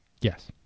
Yes